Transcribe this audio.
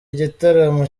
igitaramo